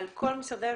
על כל משרדי הממשלה?